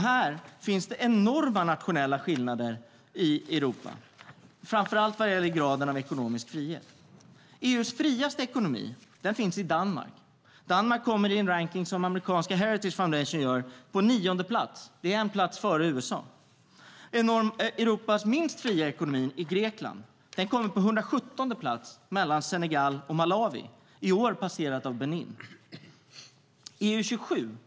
Här finns enorma nationella skillnader i Europa, framför allt vad gäller graden av ekonomisk frihet. EU:s friaste ekonomi finns i Danmark. Danmark kommer i en rankning som amerikanska Heritage Foundation gjort på nionde plats, en plats före USA. EU:s minst fria ekonomi har Grekland, som kommer på 117:e plats, mellan Senegal och Malawi och i år passerat av Benin.